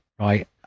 right